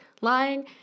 lying